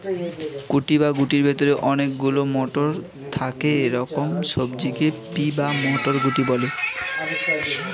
কুঁড়ি বা শুঁটির ভেতরে অনেক গুলো মটর থাকে এরকম সবজিকে পি বা মটরশুঁটি বলে